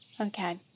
Okay